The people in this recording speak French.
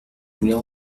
voulait